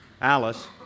Alice